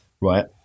Right